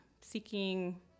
seeking